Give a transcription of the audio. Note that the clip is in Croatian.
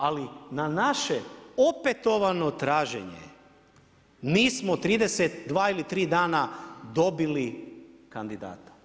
Ali, na naše opetovano traženje, nismo 32 ili 3 dana dobili kandidata.